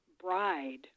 bride